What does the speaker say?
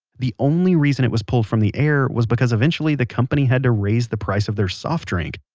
the only reason it was pulled from the air was because eventually the company had to raise the price of their soft drink.